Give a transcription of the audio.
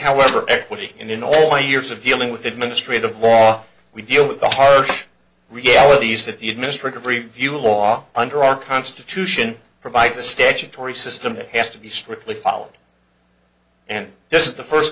however equity in all my years of dealing with administrative law we deal with the harsh realities that the administrative review law under our constitution provides a statutory system that has to be strictly followed and this is the first